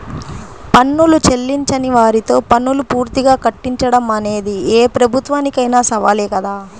పన్నులు చెల్లించని వారితో పన్నులు పూర్తిగా కట్టించడం అనేది ఏ ప్రభుత్వానికైనా సవాలే కదా